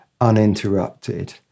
uninterrupted